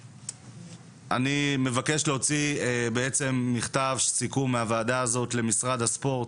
אני מבקש להוציא בעצם מכתב סיכום מהוועדה הזאת למשרד הספורט,